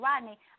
Rodney